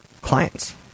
clients